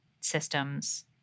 systems